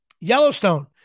Yellowstone